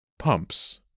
Pumps